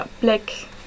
black